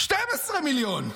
12 מיליונים.